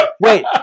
wait